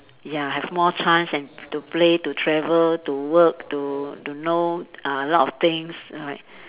ya have more chance and to play to travel to work to to know uh a lot of things right